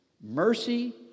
Mercy